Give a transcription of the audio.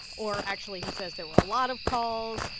or actually, he says there were a lot of calls.